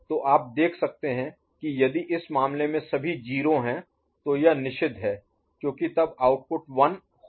तो आप देख सकते हैं कि यदि इस मामले में सभी 0 हैं तो यह निषिद्ध है क्योंकि तब आउटपुट 1 हो जाएगा